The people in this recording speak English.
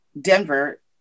Denver